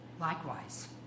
Likewise